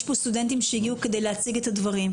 יש פה סטודנטים שהגיעו כדי להציג את הדברים,